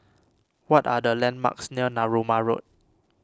what are the landmarks near Narooma Road